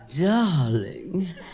darling